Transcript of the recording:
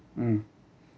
mm